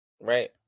Right